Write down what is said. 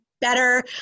better